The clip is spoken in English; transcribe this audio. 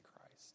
Christ